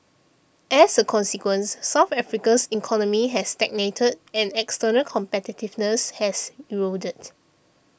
as a consequence South Africa's economy has stagnated and external competitiveness has eroded